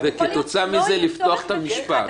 וכתוצא מזה לפתוח את המשפט.